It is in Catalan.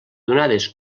donades